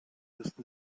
ersten